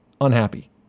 unhappy